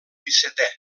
dissetè